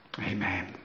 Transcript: Amen